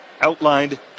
outlined